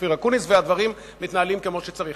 אופיר אקוניס, והדברים מתנהלים כמו שצריך.